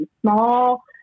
small